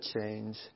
change